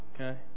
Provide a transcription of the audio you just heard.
okay